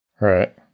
Right